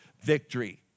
victory